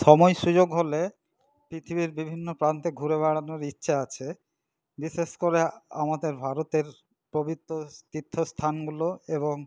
সময় সুযোগ হলে পৃথিবীর বিভিন্ন প্রান্তে ঘুরে বেড়ানোর ইচ্ছা আছে বিশেষ করে আমাদের ভারতের পবিত্র তীর্থস্থানগুলো এবং